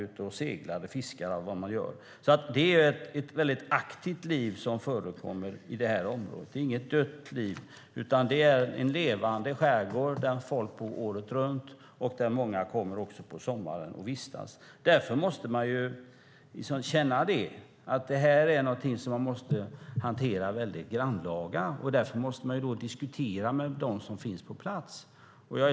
De seglar, fiskar och så vidare. Det förekommer ett aktivt liv i området. Det är inget som är dött. Det är en levande skärgård där folk bor året runt och där många vistas på sommaren. Därför måste denna fråga hanteras på ett grannlaga sätt, och man måste diskutera med dem som finns på plats.